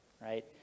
right